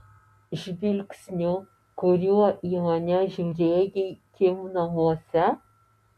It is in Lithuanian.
žvilgsniu kuriuo į mane žiūrėjai kim namuose